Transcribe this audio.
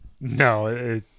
No